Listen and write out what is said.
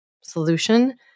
solution